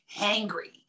Angry